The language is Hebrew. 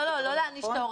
לא, לא להעניש את ההורים.